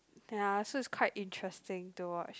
ya so it's quite interesting to watch